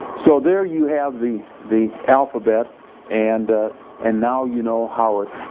so there you have the the alphabet and and now you know how it